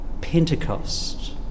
pentecost